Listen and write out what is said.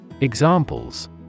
Examples